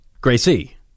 Gracie